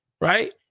right